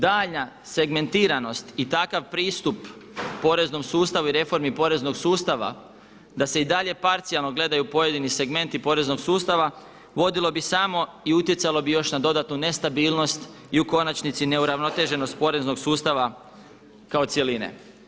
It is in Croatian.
Daljnja segmentiranost i takav pristup poreznom sustavu i reformi poreznog sustava da se i dalje parcijalno gledaju pojedini segmenti poreznog sustava vodilo bi samo i utjecalo bi još na dodatnu nestabilnost i u konačnici neuravnoteženost poreznog sustava kao cjeline.